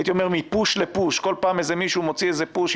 הייתי אומר מפוש לפוש: כל פעם איזה מישהו מוציא איזה פוש,